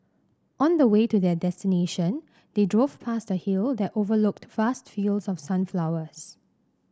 on the way to their destination they drove past a hill that overlooked vast fields of sunflowers